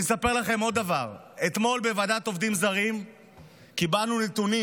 אני אספר לכם עוד דבר: אתמול בוועדת עובדים זרים קיבלנו נתונים